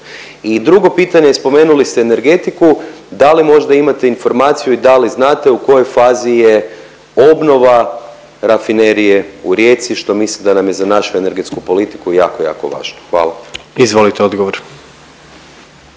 I drugo pitanje, spomenuli ste energetiku, da li možda imate informaciju i da li znate u kojoj fazi je obnova Rafinerije u Rijeci, što mislim da nam je za našu energetsku politiku jako jako važno? Hvala. **Jandroković,